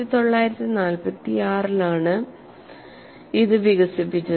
1946 ലാണ് ഇത് വികസിപ്പിച്ചത്